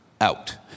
out